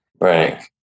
right